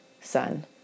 son